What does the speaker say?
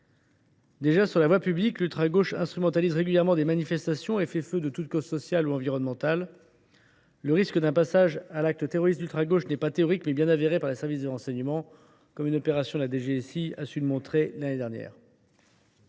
Déjà, sur la voie publique, l’ultragauche instrumentalise régulièrement les manifestations et fait feu de toutes les causes sociales ou environnementales. Le risque d’un passage à l’acte terroriste de l’ultragauche n’est pas théorique ; il est avéré par les services de renseignements, comme une opération de la DGSI l’a démontré l’année dernière.